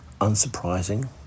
unsurprising